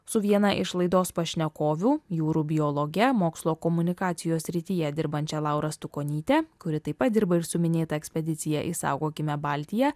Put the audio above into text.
su viena iš laidos pašnekovių jūrų biologe mokslo komunikacijos srityje dirbančią laura stukonyte kuri taip pat dirba ir su minėta ekspedicija išsaugokime baltiją